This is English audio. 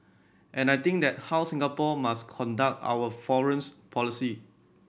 and I think that how Singapore must conduct our foreign's policy